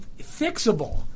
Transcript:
fixable